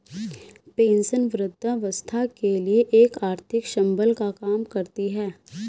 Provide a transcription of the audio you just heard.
pension वृद्धावस्था के लिए एक आर्थिक संबल का काम करती है